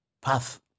path